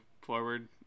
forward